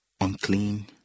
Unclean